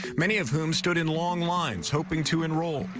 many of whom stood in long lines hoping to enroll.